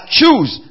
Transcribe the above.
choose